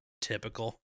Typical